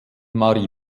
marie